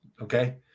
Okay